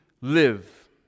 live